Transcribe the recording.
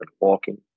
walking